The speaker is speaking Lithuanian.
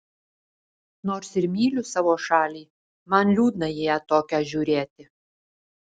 nors ir myliu savo šalį man liūdna į ją tokią žiūrėti